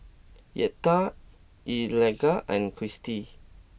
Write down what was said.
Yetta Eligah and Christie